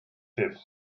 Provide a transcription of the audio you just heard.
fifth